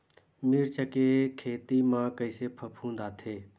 मिर्च के खेती म कइसे फफूंद आथे?